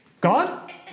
God